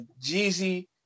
Jeezy